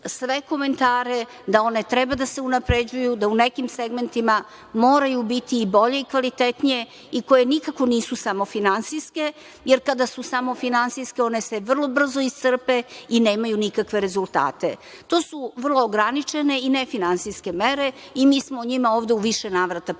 sve komentare da one treba da se unapređuju, da u nekim segmentima moraju biti i bolje i kvalitetnije i koje nikako nisu samo finansijske, jer kada su samo finansijske one se vrlo brzo iscrpe i nemaju nikakve rezultate. To su vrlo ograničene i nefinansijske mere i mi smo o njima ovde u više navrata pričali.